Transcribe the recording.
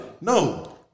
No